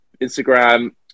Instagram